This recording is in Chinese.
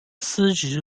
司职